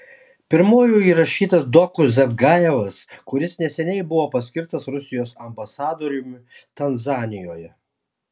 pirmuoju įrašytas doku zavgajevas kuris neseniai buvo paskirtas rusijos ambasadoriumi tanzanijoje